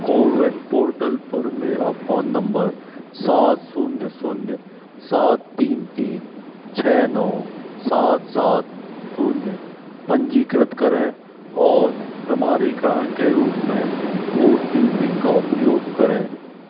CoWIN portal पर मेरा phone number सात शून्य शून्य सात तीन तीन छह नौ सात सात शून्य पंजीकृत करें और प्रमाणीकरण के रूप में ओ टी पी का उपयोग करें